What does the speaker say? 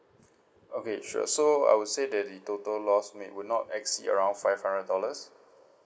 okay sure so I would say that the total loss may would not exceed around five hundred dollars